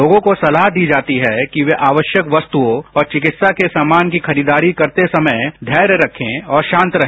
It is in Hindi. लोगों को सलाह दी जाती है कि वे आवश्यक वस्तुओं और चिकित्सा के सामान की खरीददारी करते समय धैर्य रखें और शांत रहे